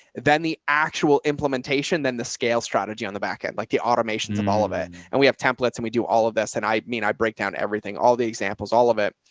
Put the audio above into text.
then the actual implementation, then the scale strategy on the backend, like the automations of all of it. and we have templates and we do all of this and i mean, i break down everything, all the examples, all of it.